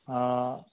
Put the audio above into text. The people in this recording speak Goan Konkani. आं